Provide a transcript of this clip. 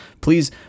please